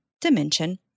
Dimension